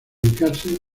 dedicarse